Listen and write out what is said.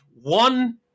one